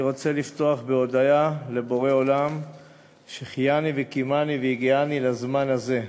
אני רוצה לפתוח בהודיה לבורא עולם שהחייני וקיימני והגיעני לזמן הזה.